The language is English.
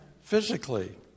physically